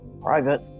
private